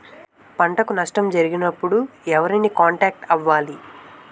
పంటకు నష్టం జరిగినప్పుడు ఎవరిని కాంటాక్ట్ అవ్వాలి?